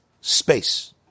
space